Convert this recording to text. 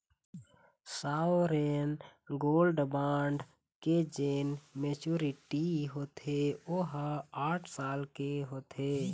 sovereign gold bond के जेन maturity होथे ओहा आठ साल के होथे